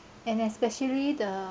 and especially the